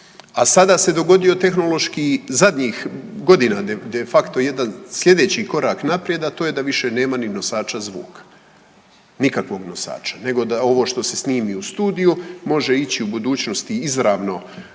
A sada se dogodio tehnološki, zadnjih godina de facto jedan sljedeći korak naprijed, a to je da više nema ni nosača zvuka, nikakvog nosača nego da ovo što se snimi u studiju može ići u budućnosti izravno